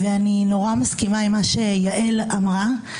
אני מסכימה מאוד עם מה שיעל אמרה.